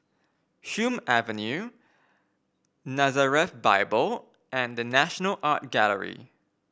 Hume Avenue Nazareth Bible and The National Art Gallery